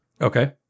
Okay